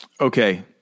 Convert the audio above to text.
Okay